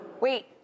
Wait